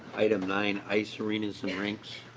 item nine ice arena and ranks